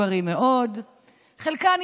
יעקב מרגי (ש"ס): והינה,